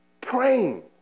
praying